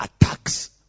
attacks